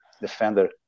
defender